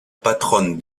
patronne